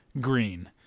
green